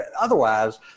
otherwise